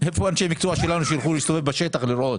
איפה אנשי המקצוע שלנו שילכו להסתובב בשטח לראות?